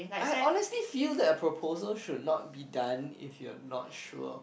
I honestly feel that a proposal should not be done if you are not sure